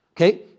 okay